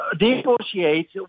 negotiate